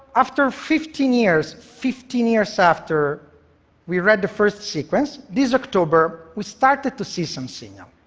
after fifteen years fifteen years after we read the first sequence this october, we started to see some signals.